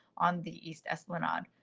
on the east essilin on,